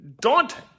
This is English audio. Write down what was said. daunting